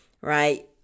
right